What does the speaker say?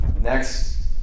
Next